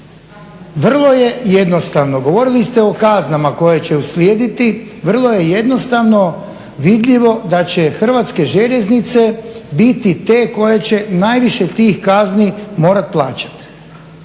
vrlo je jednostavno, govorili ste o kaznama koje će uslijediti, vrlo je jednostavno vidljivo da će Hrvatske željeznice biti te koje će najviše tih kazni morat plaćat.